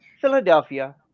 philadelphia